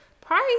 Price